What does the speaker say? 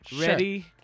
Ready